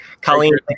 Colleen